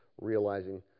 realizing